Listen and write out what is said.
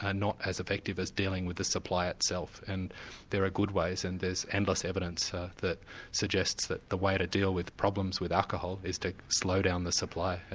ah not as effective as dealing with the supply itself, and there are good ways and there's endless evidence that suggests that the way to deal with problems with alcohol is to slow down the supply,